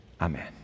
amen